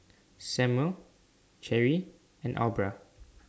Samuel Cherie and Aubra